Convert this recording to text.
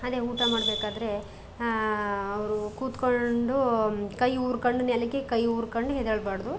ಅದೇ ಊಟ ಮಾಡಬೇಕಾದ್ರೆ ಅವರು ಕೂತ್ಕೊಂಡು ಕೈ ಊರ್ಕೊಂಡು ನೆಲಕ್ಕೆ ಕೈ ಊರ್ಕೊಂಡು ಎದ್ದೇಳಬಾರ್ದು